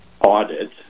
audit